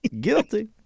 Guilty